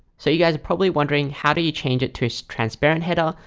so you guys are probably wondering how do you change it to a transparent header?